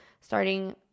starting